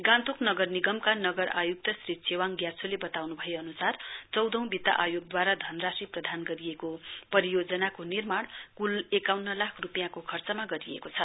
गान्तोक नगर निगमका नगर आयुक्त श्री छेवाङ म्याछोले वताउनु भए अनुसार चौधो वित्त आयोगद्वारा धनराशि प्रदान गरिएको परियोजनाको निर्माण कुल एकाउन लाख रुपियाँको खर्चमा गरिएको छ